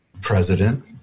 president